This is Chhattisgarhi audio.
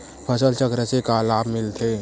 फसल चक्र से का लाभ मिलथे?